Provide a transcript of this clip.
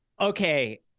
Okay